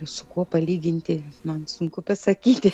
su kuo palyginti man sunku pasakyti